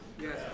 Yes